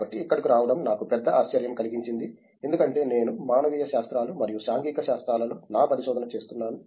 కాబట్టి ఇక్కడకు రావడం నాకు పెద్ద ఆశ్చర్యం కలిగించింది ఎందుకంటే నేను మానవీయ శాస్త్రాలు మరియు సాంఘిక శాస్త్రాలలో నా పరిశోధన చేస్తున్నాను